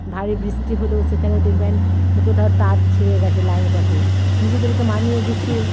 ভারী বৃষ্টি হলেও সেখানে দেখবেন যে কোথাও তার ছিঁড়ে গেছে লাইন পথে নিজেদেরকে মানিয়ে গুছিয়ে